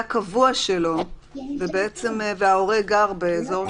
קבוע שלו וההורה גר באזור מוגבל או ההפך.